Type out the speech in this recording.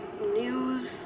News